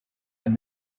and